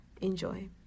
Enjoy